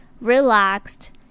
Relaxed